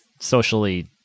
socially